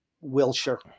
Wilshire